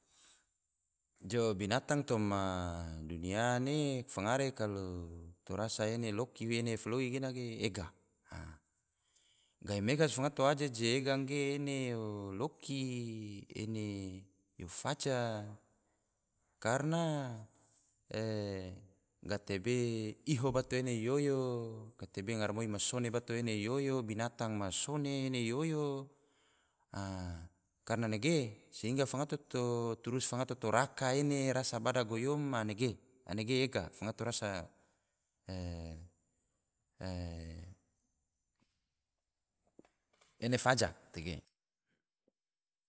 Jo, binatang toma dunia ne fangare kalo to rasa ene loki ene foloi gena ge ega, gahimega si fangato waje je ega ge ene yo loki, ene yo faja, karna gatebe iho bato ene yo oyo, gatebe garamoi ma sone bato ene oyo, binatang ma sone ene yo oyo, a karna nege sehingga fangato to turus fangato to raka ene, rasa bada goyom, a nege, nege ega, fangato rasa ene faja